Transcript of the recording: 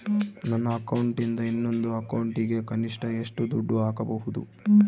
ನನ್ನ ಅಕೌಂಟಿಂದ ಇನ್ನೊಂದು ಅಕೌಂಟಿಗೆ ಕನಿಷ್ಟ ಎಷ್ಟು ದುಡ್ಡು ಹಾಕಬಹುದು?